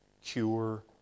cure